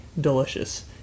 delicious